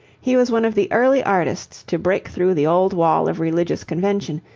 he was one of the early artists to break through the old wall of religious convention,